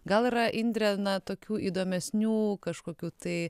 gal yra indre na tokių įdomesnių kažkokių tai